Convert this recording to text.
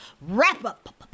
Wrap-Up